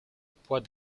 poids